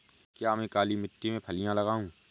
क्या मैं काली मिट्टी में फलियां लगाऊँ?